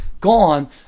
gone